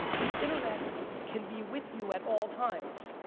the internet can be with you at all times.